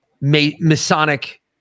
Masonic